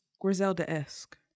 Griselda-esque